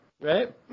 right